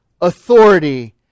authority